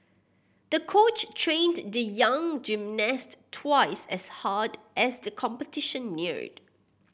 the coach trained the young gymnast twice as hard as the competition neared